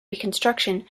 reconstruction